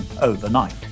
overnight